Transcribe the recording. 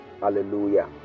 Hallelujah